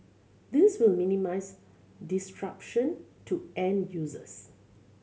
this will minimise disruption to end users